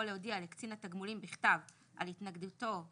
להודיע לקצין התגמולים בכתב על התנגדותו לניכוי,